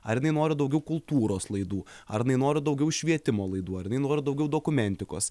ar inai nori daugiau kultūros laidų ar inai nori daugiau švietimo laidų ar inai nori daugiau dokumentikos